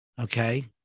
okay